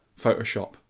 Photoshop